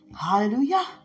Hallelujah